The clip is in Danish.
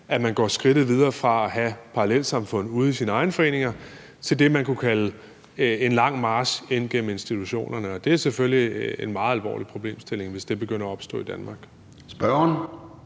at man går skridtet videre fra at have parallelsamfund ude i sine egne foreninger til det, man kunne kalde en lang march ind gennem institutionerne. Det er selvfølgelig en meget alvorlig problemstilling, hvis det begynder at opstå i Danmark.